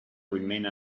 remained